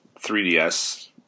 3ds